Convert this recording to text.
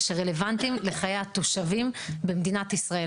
שרלוונטיים לחיי התושבים במדינת ישראל.